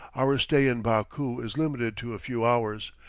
our stay in baku is limited to a few hours.